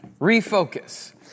Refocus